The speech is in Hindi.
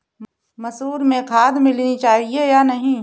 मसूर में खाद मिलनी चाहिए या नहीं?